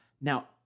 Now